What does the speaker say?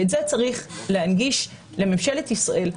את זה צריך להנגיש לממשלת ישראל.